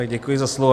Děkuji za slovo.